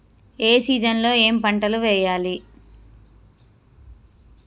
ఏ season లో ఏం పంటలు వెయ్యాలి?